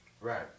Right